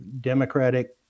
democratic